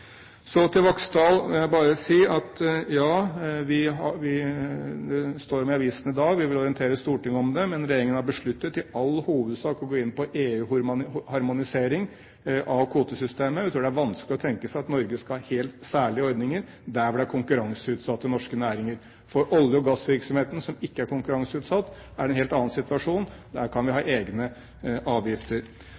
Så til representanten Vaksdal vil jeg si: Det står om det i avisene i dag, og vi vil orientere Stortinget om det, men regjeringen har besluttet i all hovedsak å gå inn på EU-harmonisering av kvotesystemet. Jeg tror det er vanskelig å tenke seg at Norge skal ha helt særlige ordninger der hvor det er konkurranseutsatte norske næringer. For olje- og gassvirksomheten, som ikke er konkurranseutsatt, er det en helt annen situasjon. Der kan vi ha